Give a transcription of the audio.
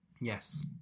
Yes